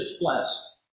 blessed